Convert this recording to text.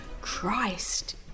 Christ